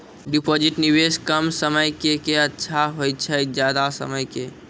Deposit निवेश कम समय के के अच्छा होय छै ज्यादा समय के?